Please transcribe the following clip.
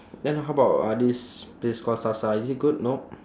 then how about uh this place call sasa is it good no